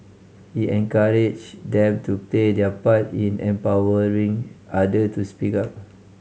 he encouraged them to play their part in empowering other to speak up